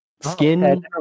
Skin